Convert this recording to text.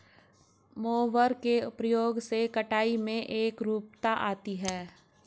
mower के प्रयोग से कटाई में एकरूपता आती है